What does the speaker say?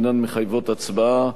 שאינן מחייבות הצבעה.